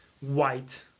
White